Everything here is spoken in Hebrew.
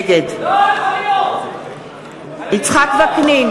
נגד יצחק וקנין,